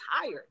tired